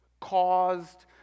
caused